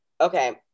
Okay